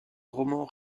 romans